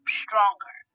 stronger